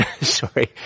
sorry